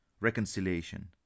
reconciliation